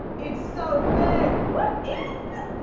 it's so thick! what is